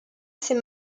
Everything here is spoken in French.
ses